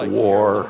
war